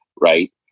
right